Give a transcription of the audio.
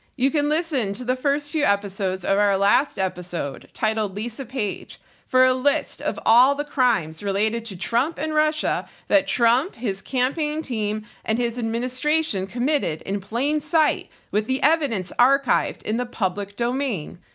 you can listen to the first few episodes of our last episode titled lisa page for a list of all the crimes related to trump and russia that trump his campaign team and his administration committed in plain sight with the evidence archived in the public domain,